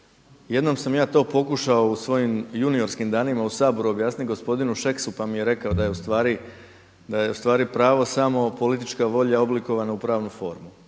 jednom sam ja to pokušao u svojim juniorskim danima u Saboru objasniti gospodinu Šeksu pa mi je rekao da je u stvari pravo samo politička volja oblikovana u pravnu formu.